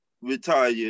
retire